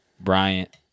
bryant